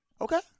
Okay